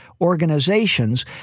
organizations